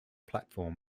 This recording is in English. platform